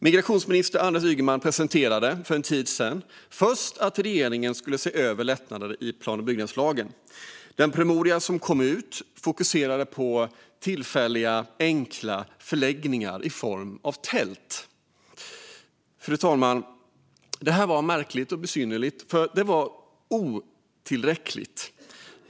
Migrationsminister Anders Ygeman presenterade för en tid sedan först att regeringen skulle se över lättnader i plan och bygglagen. Men den promemoria som kom fokuserade på tillfälliga och enkla förläggningar i form av tält. Fru talman! Detta var märkligt och besynnerligt, för det var otillräckligt.